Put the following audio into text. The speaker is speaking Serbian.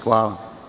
Hvala.